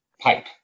pipe